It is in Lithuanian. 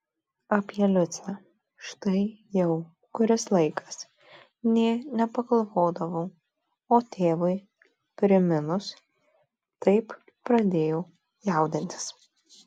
apie liucę štai jau kuris laikas nė nepagalvodavau o tėvui priminus taip pradėjau jaudintis